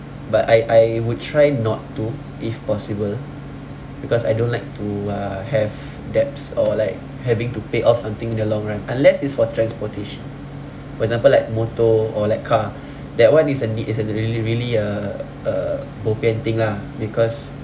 but I I would try not to if possible because I don't like to uh have debts or like having to pay off something in the long run unless it's for transportation for example like motor or like car that one is a need it's a really really a a bo pian thing lah because